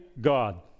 God